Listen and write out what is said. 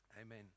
Amen